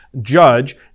judge